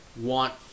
want